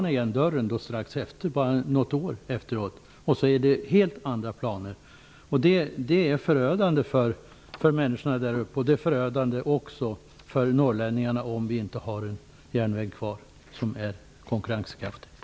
Bara något år efteråt slår han igen dörren, och det är helt andra planer. Det är förödande för människorna där uppe. Det är också förödande för norrlänningarna att inte ha någon järnväg kvar som är konkurrenskraftig.